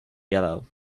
yellow